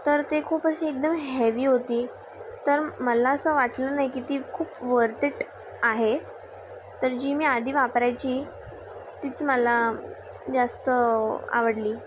तर ते खूप अशी एकदम हेवी होती तर मला असं वाटलं नाई की ती खूप वर्थेट आहे तर जी मी आधी वापरायची तीच मला जास्त आवडली